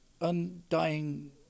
undying